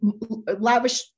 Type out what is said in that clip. lavish